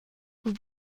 vous